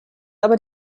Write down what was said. aber